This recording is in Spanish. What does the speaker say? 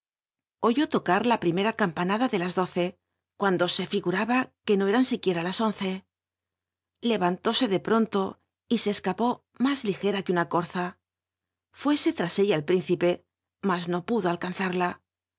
oró locar la primera campanada de la doce cuando e figuraba que no eran ir uiera las once evantóse de pronto y se escapó más ligera c uc una corza fué e ira ella el príncipe mas no pudo alcanzarla